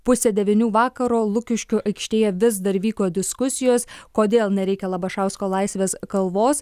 pusę devynių vakaro lukiškių aikštėje vis dar vyko diskusijos kodėl nereikia labašausko laisvės kalvos